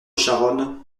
charonne